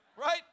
Right